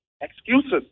excuses